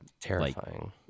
terrifying